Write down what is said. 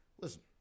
listen